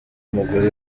umugore